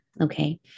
Okay